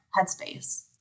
headspace